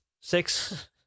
six